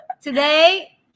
Today